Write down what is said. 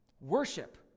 Worship